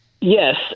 Yes